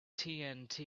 tnt